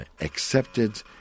accepted